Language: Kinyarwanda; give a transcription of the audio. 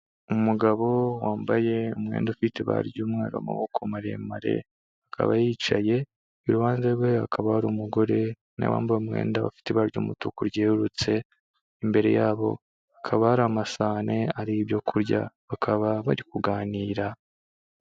Umugabo wambaye umwenda ufite ibara ry'umweru, n'amaboko maremare, akaba yicaye, iruhande rwe hakaba hari umugore nawe wambaye umwenda ufite ibara ry'umutuku ryererutse, imbere yabo hakaba hari amasahane ariho ibyo kurya, bakaba bari kuganira.